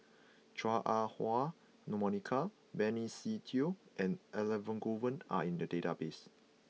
Chua Ah Huwa Monica Benny Se Teo and Elangovan are in the database